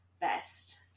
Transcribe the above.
best